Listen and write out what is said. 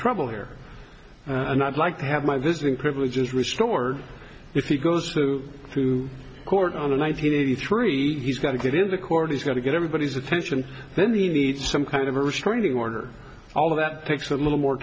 trouble here and i'd like to have my visiting privileges restored if he goes through to court on a nine hundred eighty three he's got to get into court he's got to get everybody's attention then we need some kind of a restraining order all of that takes a little more